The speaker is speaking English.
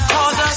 Cause